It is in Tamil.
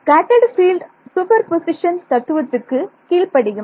ஸ்கேட்டர்ட் பீல்டு சூப்பர்பொசிஷன் தத்துவத்துக்கு கீழ்ப்படியும்